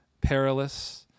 perilous